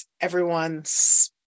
everyone's